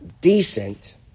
decent